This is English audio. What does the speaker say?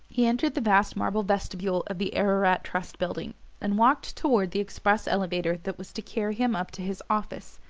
he entered the vast marble vestibule of the ararat trust building and walked toward the express elevator that was to carry him up to his office.